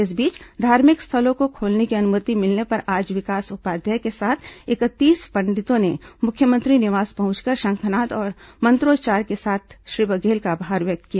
इस बीच धार्मिक स्थलों को खोलने की अनुमति मिलने पर आज विकास उपाध्याय के साथ इकतीस पंडितों ने मुख्यमंत्री निवास पहुंचकर शंखनाद और मंत्रोच्वार के साथ श्री बघेल का आभार व्यक्त किया